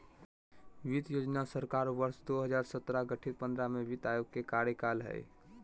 वित्त योजना सरकार वर्ष दो हजार सत्रह गठित पंद्रह में वित्त आयोग के कार्यकाल हइ